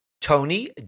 Tony